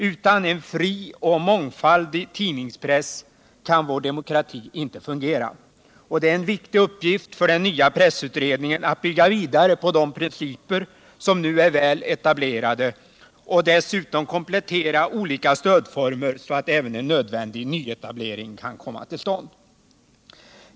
Utan en fri och mångfaldig tidningspress kan vår demokrati inte fungera, och det är en viktig uppgift för den nya pressutredningen att bygga vidare på de principer som nu är väl etablerade och dessutom komplettera olika stödformer så att även en nödvändig nyetablering kan komma till stånd.